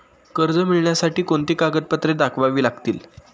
कर्ज मिळण्यासाठी कोणती कागदपत्रे दाखवावी लागतील?